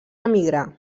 emigrar